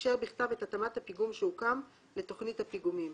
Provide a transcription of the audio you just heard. אישר בכתב את התאמת הפיגום שהוקם לתכנית הפיגומים.